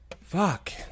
Fuck